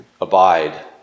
abide